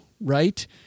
right